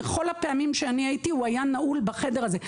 בכל הפעמים שהייתי הוא היה נעול בחדר הזה.